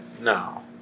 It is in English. No